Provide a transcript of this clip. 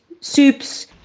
soups